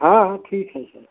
हाँ हाँ ठीक है सर